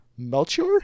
Melchior